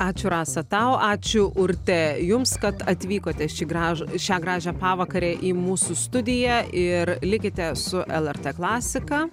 ačiū rasa tau ačiū urte jums kad atvykote šį graž šią gražią pavakarę į mūsų studiją ir likite su lrt klasika